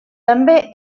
també